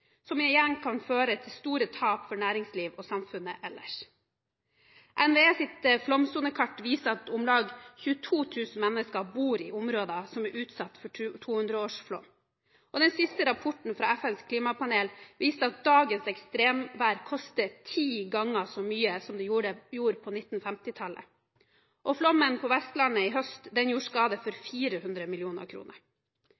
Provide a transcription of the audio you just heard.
som igjen kan føre til store tap for næringslivet og samfunnet ellers. NVEs flomsonekart viser at om lag 22 000 mennesker bor i områder som er utsatt for 200-årsflom. Og den siste rapporten fra FNs klimapanel viste at dagens ekstremvær koster ti ganger så mye som det gjorde på 1950-tallet. Flommen på Vestlandet i høst gjorde skader for